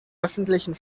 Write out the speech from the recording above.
öffentlichen